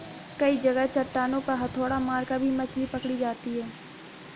कई जगह चट्टानों पर हथौड़ा मारकर भी मछली पकड़ी जाती है